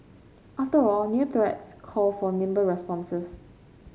after all new threats call for nimble responses